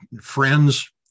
friends